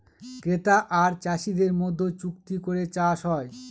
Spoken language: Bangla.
ক্রেতা আর চাষীদের মধ্যে চুক্তি করে চাষ হয়